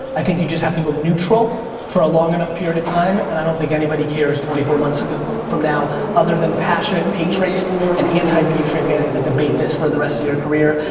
i think you just have to go neutral for a long enough period of time and i don't think anybody cares twenty four months ago from now other than passionate patriot and anti-patriot fans that debate this for the rest of your career.